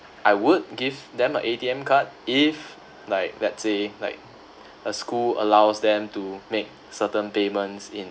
I would give them a A_T_M card if like let's say like a school allows them to make certain payments in